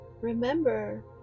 Remember